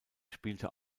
spielte